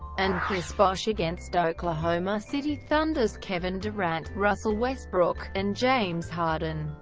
and chris bosh against oklahoma city thunder's kevin durant, russell westbrook, and james harden.